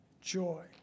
joy